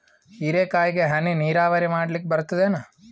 ಹೀರೆಕಾಯಿಗೆ ಹನಿ ನೀರಾವರಿ ಮಾಡ್ಲಿಕ್ ಬರ್ತದ ಏನು?